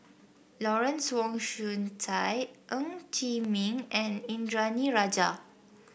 Lawrence Wong Shyun Tsai Ng Chee Meng and Indranee Rajah